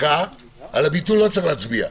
הביטול לא צריך להצביע.